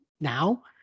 now